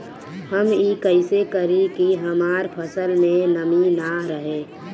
हम ई कइसे करी की हमार फसल में नमी ना रहे?